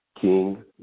King